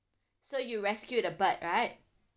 so you rescued a bird right